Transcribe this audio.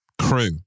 crew